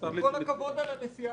אנחנו נמצאים